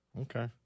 Okay